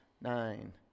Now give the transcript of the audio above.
nine